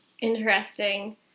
interesting